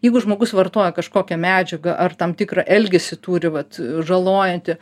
jeigu žmogus vartoja kažkokią medžiagą ar tam tikrą elgesį turi vat žalojantį